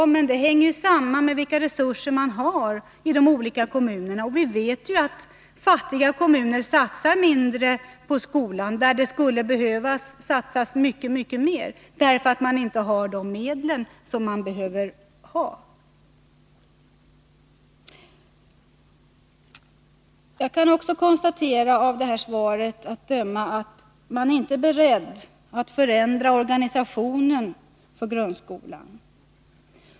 Ja, men det hänger samman med vilka resurser man har i de olika kommunerna. Nr 115 Vi vet ju att fattiga kommuner, där det skulle behöva satsas mycket mer, Måndagen den satsar mindre på skolan därför att de inte har de medel som behövs. 11 april 1983 Av interpellationssvaret att döma är man inte beredd att förändra organisationen för grundskolan.